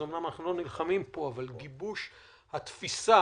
אומנם אנחנו לא נלחמים פה, אבל גיבוש התפיסה